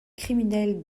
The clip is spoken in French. criminels